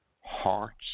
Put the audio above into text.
hearts